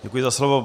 Děkuji za slovo.